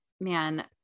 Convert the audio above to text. Man